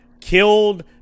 killed